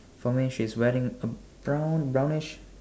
for me she's wearing a brown brownish